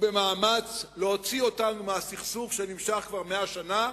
ובמאמץ להוציא אותנו מהסכסוך שנמשך כבר 100 שנה,